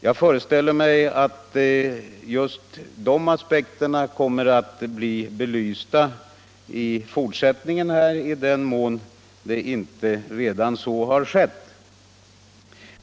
Jag föreställer mig att just de aspekterna kommer att bli belysta här i fortsättningen i den mån inte redan så har skett.